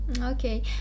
Okay